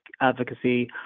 advocacy